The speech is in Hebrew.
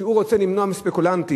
שהוא רוצה למנוע מספקולנטים,